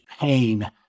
pain